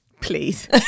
Please